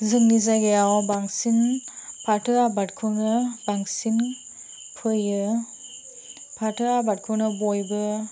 जोंनि जायगायाव बांसिन फाथो आबादखौनो बांसिन फोयो फाथो आबादखौनो बयबो